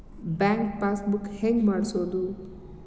Bank pass book ಹೆಂಗ್ ಮಾಡ್ಸೋದು?